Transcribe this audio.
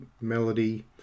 melody